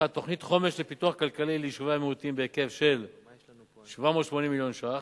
1. תוכנית חומש לפיתוח כלכלי ליישובי המיעוטים בהיקף 780 מיליון ש"ח,